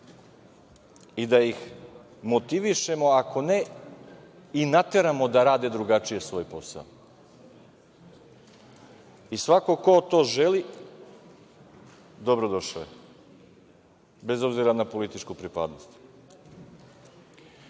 i da ih motivišemo, ako ne i nateramo da rade drugačije svoj posao. Svako ko to želi dobrodošao je, bez obzira na političku pripadnost.Zašto